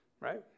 Right